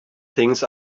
things